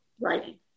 writing